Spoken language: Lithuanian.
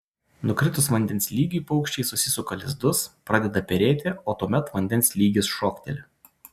nukritus vandens lygiui paukščiai susisuka lizdus pradeda perėti o tuomet vandens lygis šokteli